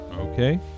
Okay